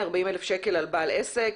40,000 שקל על כל שקית על בעל עסק